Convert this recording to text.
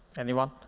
anyone?